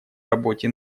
работе